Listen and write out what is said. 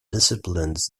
disciplines